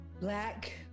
Black